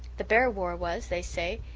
the boer war was, they say,